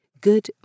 Good